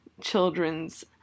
children's